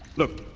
look,